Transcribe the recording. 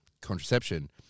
contraception